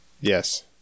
yes